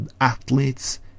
athletes